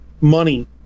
money